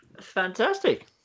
Fantastic